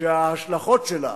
שההשלכות שלה